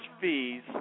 fees